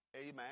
amen